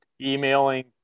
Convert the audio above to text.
emailing